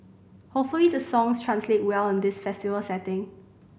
hopefully the songs translate well in this festival setting